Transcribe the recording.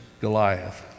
Goliath